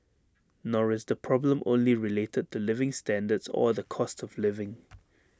nor is the problem only related to living standards or the cost of living